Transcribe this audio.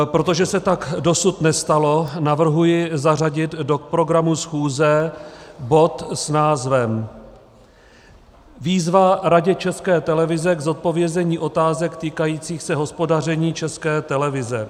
Protože se tak dosud nestalo, navrhuji zařadit do programu schůze bod s názvem Výzva Radě České televize k zodpovězení otázek týkajících se hospodaření České televize.